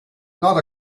not